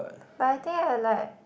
but I think I like